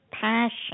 passion